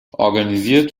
organisiert